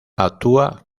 actúa